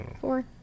four